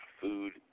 food